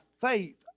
faith